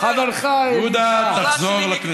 התקשרתי אליך, אתה נחוץ לי.